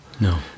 No